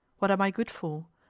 what am i good for?